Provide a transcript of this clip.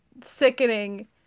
sickening